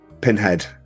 pinhead